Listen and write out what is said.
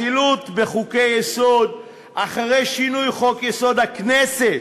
הזילות בחוקי-יסוד: אחרי שינוי חוק-יסוד: הכנסת,